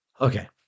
Okay